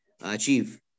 achieve